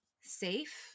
safe